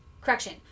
correction